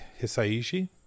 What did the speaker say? Hisaishi